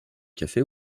café